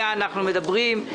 מדברים.